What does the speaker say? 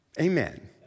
Amen